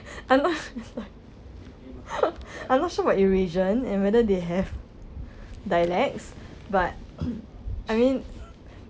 and I'm not sure what eurasian and whether they have dialects but I mean